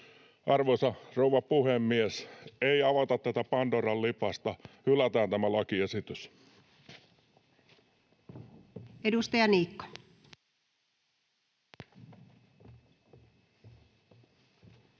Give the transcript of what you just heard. Arvoisa rouva puhemies! Ei avata tätä pandoran lipasta, hylätään tämä lakiesitys. [Speech 11]